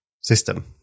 system